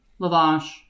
lavash